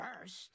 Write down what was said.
first